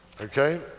Okay